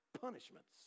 punishments